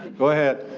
go ahead.